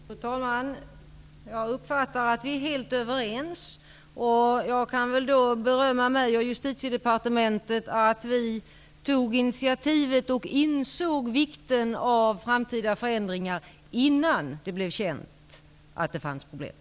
Fru talman! Jag uppfattar att vi är helt överens. Jag kan väl då berömma mig och Justitiedepartementet för att vi, innan det blev känt att det fanns problem, tog initiativet och insåg vikten av framtida förändringar.